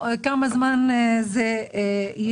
צריך